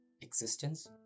existence